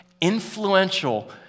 influential